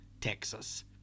Texas